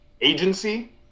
agency